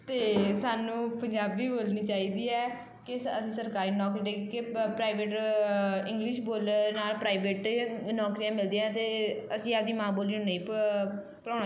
ਅਤੇ ਸਾਨੂੰ ਪੰਜਾਬੀ ਬੋਲਣੀ ਚਾਹੀਦੀ ਹੈ ਕਿ ਸ ਅਸੀਂ ਸਰਕਾਰੀ ਨੌਕਰੀ ਅ ਪ ਪ੍ਰਾਈਵੇਟ ਇੰਗਲਿਸ਼ ਬੋਲਣ ਨਾਲ ਪ੍ਰਾਈਵੇਟ ਨੌਕਰੀਆਂ ਮਿਲਦੀਆਂ ਅਤੇ ਅਸੀਂ ਆਪਣੀ ਮਾਂ ਬੋਲੀ ਨੂੰ ਨਹੀਂ ਭ ਭਲਾਉਣਾ